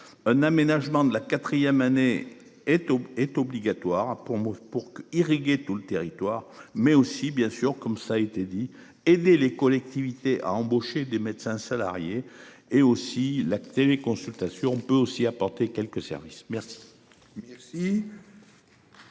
un aménagement de la 4ème année et tout est obligatoire pour moi pour irriguer tout le territoire mais aussi bien sûr comme ça a été dit, aider les collectivités à embaucher des médecins salariés et aussi la téléconsultation peut aussi apporter quelques services merci. Merci.